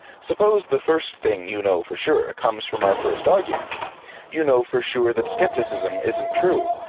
suppose the first thing you know for sure comes from our first argument you know for sure that skepticism isn't true,